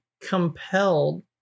compelled